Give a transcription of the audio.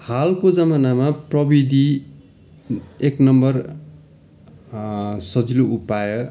हालको जमानामा प्रविधि एक नम्बर सजिलो उपाय